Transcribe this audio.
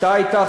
לא אמרתי את זה.